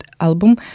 album